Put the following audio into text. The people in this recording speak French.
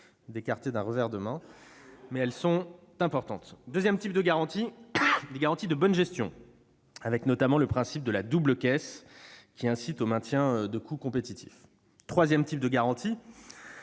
écartez d'un revers de main. Pourtant, elles sont importantes ! Deuxième type de garantie : des garanties de bonne gestion de l'entreprise, avec notamment le principe de la double caisse, qui incite au maintien de coûts compétitifs. Troisième type de garantie